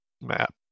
map